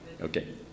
Okay